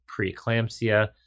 preeclampsia